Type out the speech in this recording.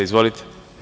Izvolite.